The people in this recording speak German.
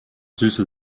süße